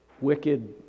wicked